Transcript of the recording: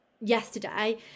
yesterday